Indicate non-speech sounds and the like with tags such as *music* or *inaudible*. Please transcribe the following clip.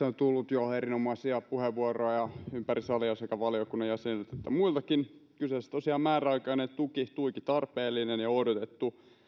*unintelligible* on tullut jo erinomaisia puheenvuoroja ympäri salia sekä valiokunnan jäseniltä että muiltakin kyseessä on tosiaan määräaikainen tuki tuiki tarpeellinen ja odotettu